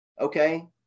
okay